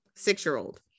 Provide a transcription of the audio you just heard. six-year-old